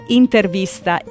intervista